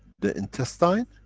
the intestine,